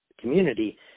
community